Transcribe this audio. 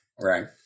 Right